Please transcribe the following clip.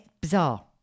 bizarre